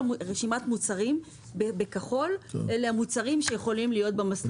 רשימת מוצרים שיכולים להיות במסלול.